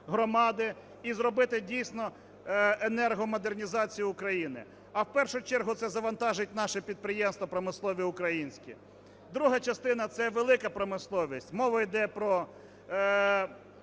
громади і зробити дійсно енергомодернізацію України. А в першу чергу це завантажить наші підприємства промислові українські. Друга частина – це велика промисловість. Мова йде про,